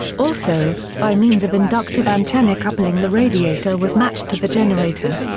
also, by means of inductive antenna coupling the radiator was matched to the generator.